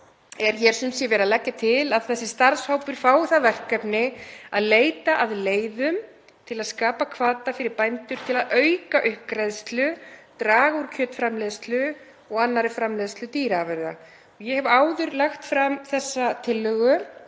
er verið að leggja til að þessi starfshópur fái það verkefni að leita að leiðum til að skapa hvata fyrir bændur til að auka uppgræðslu, draga úr kjötframleiðslu og annarri framleiðslu dýraafurða. Ég hef áður lagt fram þessa tillögu.